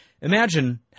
Imagine